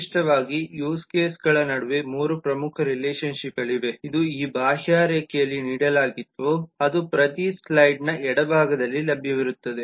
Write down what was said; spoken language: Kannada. ವಿಶಿಷ್ಟವಾಗಿ ಯೂಸ್ ಕೇಸ್ಗಳ ನಡುವೆ ಮೂರು ಪ್ರಮುಖ ರಿಲೇಷನ್ ಶಿಪ್ಗಳಿವೆ ಇದು ಈ ಬಾಹ್ಯರೇಖೆಯಲ್ಲಿ ನೀಡಲಾಗಿದ್ದು ಅದು ಪ್ರತಿ ಸ್ಲೈಡ್ನ ಎಡಭಾಗದಲ್ಲಿಯೂ ಲಭ್ಯವಿರುತ್ತದೆ